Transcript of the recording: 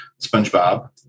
SpongeBob